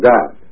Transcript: God